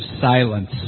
silence